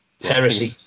heresy